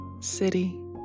City